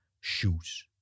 shoes